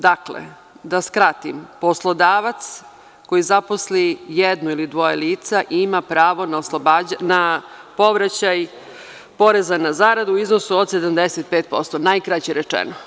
Dakle, da skratim, poslodavac koji zaposli jednu ili dvoje lica ima pravo na povraćaj poreza na zaradu u iznosu od 75%, najkraće rečeno.